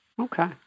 Okay